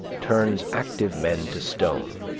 turns active men to stone.